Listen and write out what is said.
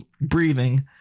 breathing